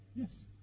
Yes